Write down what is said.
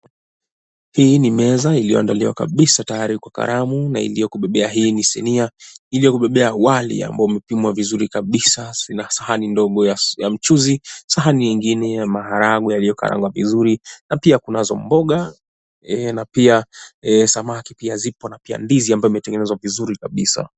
Hii ni meza iliyoandaliwa kabisa tayari kwa karamu na iliyokubebea hii ni sinia ili kubebea wali ambayo umepimwa vizuri kabisa na sahani ndogo ya mchuzi. Sahani ingine ya maharagwe yaliyokarangwa vizuri na pia kunazo mboga na pia samaki pia ziko na pia ndizi ambazo zimetengenezwa vizuri kabisa.